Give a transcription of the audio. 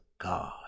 God